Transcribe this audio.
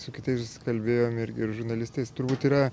su kitais kalbėjom ir ir žurnalistais turbūt yra